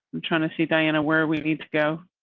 i'm trying to see diana where we need to go.